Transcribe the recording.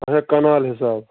اَچھا کَنال حِساب